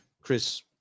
Chris